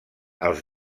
els